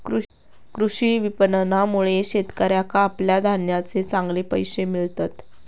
कृषी विपणनामुळे शेतकऱ्याका आपल्या धान्याचे चांगले पैशे मिळतत